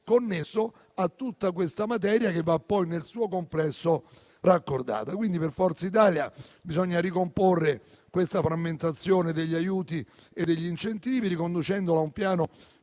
connessa a tutta questa materia che va poi nel suo complesso raccordata. Per Forza Italia bisogna ricomporre la frammentazione degli aiuti e degli incentivi riconducendola a un piano